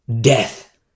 death